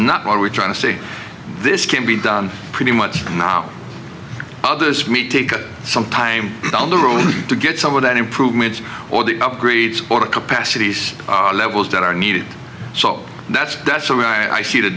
not what we're trying to say this can be done pretty much now others meet take some time down the road to get some of that improvement or the upgrades or the capacities levels that are needed so that's that's the way i see the